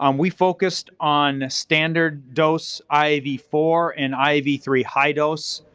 um we focused on standard dose i v four and i v three high dose,